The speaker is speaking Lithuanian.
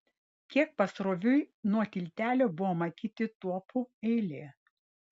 kiek pasroviui nuo tiltelio buvo matyti tuopų eilė